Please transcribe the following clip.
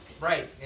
Right